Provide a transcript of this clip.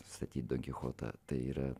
statyt donkichotą tai yra